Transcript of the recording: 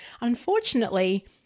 unfortunately